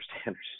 standards